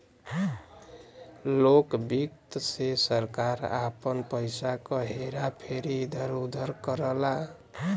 लोक वित्त से सरकार आपन पइसा क हेरा फेरी इधर उधर करला